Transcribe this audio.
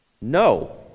No